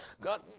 God